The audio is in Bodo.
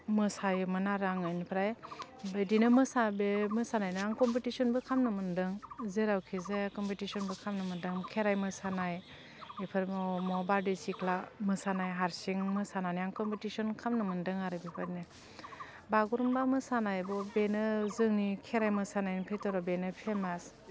मोसायोमोन आरो आङो बिनिफ्राय बिदिनो मोसा बे मोसानायनो आं कम्पिटिसनबो खामनो मोनदों जेरावखि जाया कम्पिटिसनबो खामनो मोन्दां खेराइ मोसानाय बेफोर बारदै सिख्ला मोसानाय हारसिं मोसानानै आं कम्पिटिसन खामनो मोन्दों आरो बेफोरबायदिनो बागुरुम्बा मोसानायबो बेनो जोंनि खेराइ मोसानायनि बिथोराव बेनो फेमास